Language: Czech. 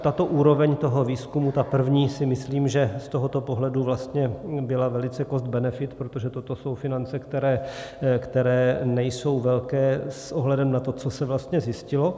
Tato úroveň výzkumu, ta první si myslím, že z tohoto pohledu vlastně byla velice costbenefit, protože toto jsou finance, které nejsou velké s ohledem na to, co se vlastně zjistilo.